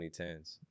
2010s